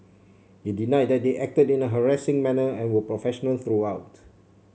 it denied that they acted in a harassing manner and were professional throughout